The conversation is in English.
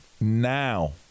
now